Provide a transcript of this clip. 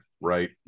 right